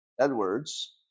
Edwards